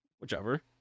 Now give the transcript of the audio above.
whichever